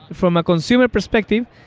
from a consumer perspective,